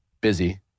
busy